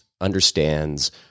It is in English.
understands